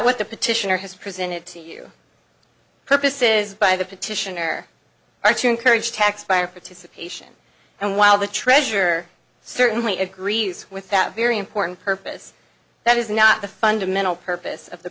what the petitioner has presented to you purposes by the petitioner are to encourage tax by or for to supply and while the treasurer certainly agrees with that very important purpose that is not the fundamental purpose of the